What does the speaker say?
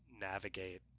navigate